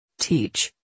teach